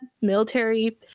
military